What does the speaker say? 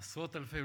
עשרות אלפי,